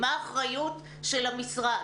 מה האחריות של המשרד,